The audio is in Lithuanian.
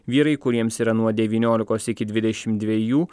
vyrai kuriems yra nuo devyniolikos iki dvidešim dviejų